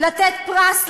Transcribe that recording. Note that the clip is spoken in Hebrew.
לתת פרס לרשות,